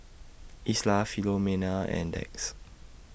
Isla Filomena and Dax